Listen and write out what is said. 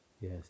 Yes